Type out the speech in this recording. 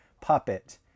puppet